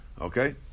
Okay